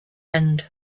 end